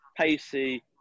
pacey